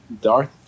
darth